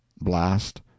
blast